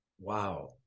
Wow